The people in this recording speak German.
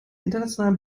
internationalem